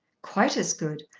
quite as good,